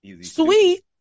Sweet